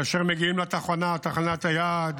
כאשר מגיעים לתחנה, תחנת היעד,